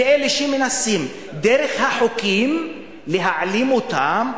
ואלה שמנסים דרך החוקים להעלים אותם,